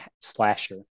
slasher